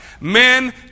men